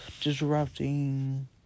disrupting